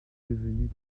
devenu